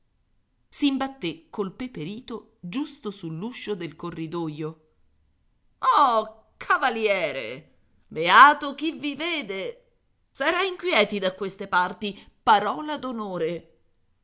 cavaliere s'imbatté col peperito giusto sull'uscio del corridoio oh cavaliere beato chi vi vede s'era inquieti da queste parti parola